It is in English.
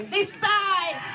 decide